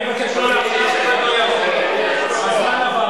אני מבקש, הזמן עבר, אדוני.